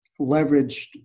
leveraged